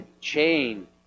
chain